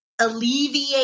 alleviate